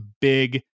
big